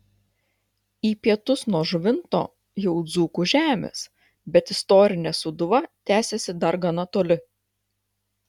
į pietus nuo žuvinto jau dzūkų žemės bet istorinė sūduva tęsiasi dar gana toli